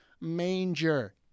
Manger